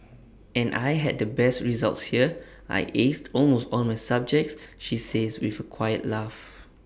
and I had the best results here I aced almost all my subjects she says with A quiet laugh